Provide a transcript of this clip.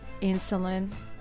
insulin